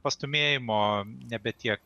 pastūmėjimo nebe tiek